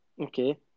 Okay